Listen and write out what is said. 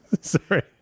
Sorry